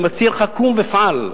אני מציע לך: קום ופעל.